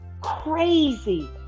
crazy